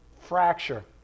fracture